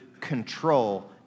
control